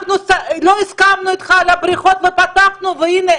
לא הסכמנו איתך על הבריכות ופתחנו והנה,